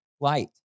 light